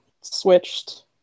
switched